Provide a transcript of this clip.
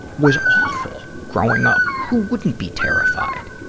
was awful growing up. who wouldn't be terrified?